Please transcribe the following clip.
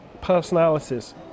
personalities